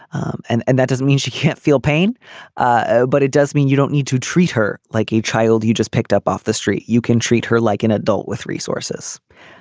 and and that doesn't mean she can't feel pain ah but it does mean you don't need to treat her like a child. you just picked up off the street you can treat her like an adult with resources.